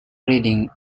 reading